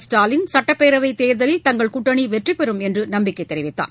ஸ்டாலின் சட்டப்பேரவைதோதலில் தங்கள் கூட்டணிவெற்றிபெறும் என்றுநம்பிக்கைதெரிவித்தார்